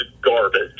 garbage